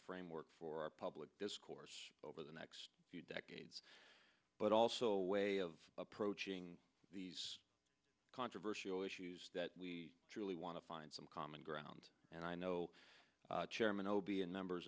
framework for our public discourse over the next few decades but also way of approaching these controversial issues that we truly want to find some common ground and i know chairman o b and members